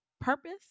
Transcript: purpose